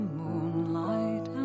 moonlight